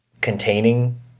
containing